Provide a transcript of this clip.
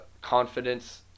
confidence